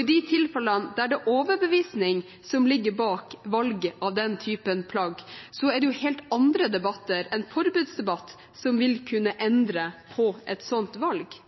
I de tilfellene der det er overbevisning som ligger bak valget av den typen plagg, er det jo helt andre debatter enn en forbudsdebatt som vil kunne endre på et sånt valg.